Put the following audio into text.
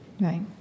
Right